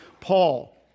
Paul